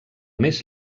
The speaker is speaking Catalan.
més